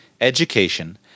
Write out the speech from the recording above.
education